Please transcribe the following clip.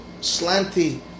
slanty